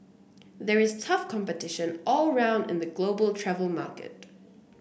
there is tough competition all round in the global travel market